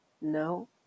No